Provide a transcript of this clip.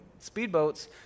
Speedboats